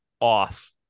off